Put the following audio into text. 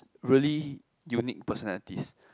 really unique personalities